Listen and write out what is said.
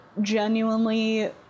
genuinely